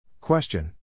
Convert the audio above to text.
Question